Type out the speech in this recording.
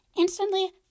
instantly